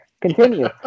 Continue